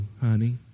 honey